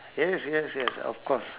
yes yes yes of course